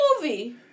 movie